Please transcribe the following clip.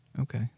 Okay